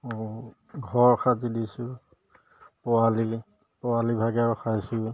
ঘৰ সাজি দিছোঁ পোৱালি পোৱালি ভাগে ৰখাইছোঁ